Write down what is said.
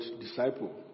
disciple